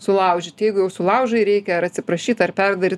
sulaužyt jeigu jau sulaužai reikia ar atsiprašyt ar perdaryt